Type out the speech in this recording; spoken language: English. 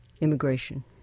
immigration